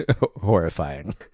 horrifying